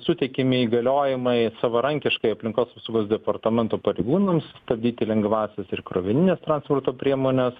na suteikiami įgaliojimai savarankiškai aplinkos apsaugos departamento pareigūnams stabdyti lengvąsias ir krovinines transporto priemones